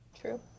True